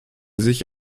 sich